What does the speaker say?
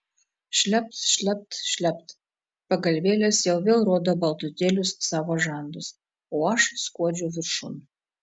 šlept šlept šlept pagalvėlės jau vėl rodo baltutėlius savo žandus o aš skuodžiu viršun